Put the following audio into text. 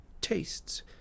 tastes